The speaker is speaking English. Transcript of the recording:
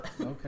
Okay